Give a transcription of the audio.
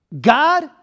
God